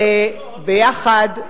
וביחד,